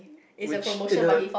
which in a